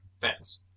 fans